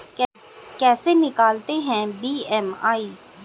कैसे निकालते हैं बी.एम.आई?